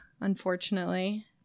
unfortunately